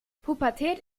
pubertät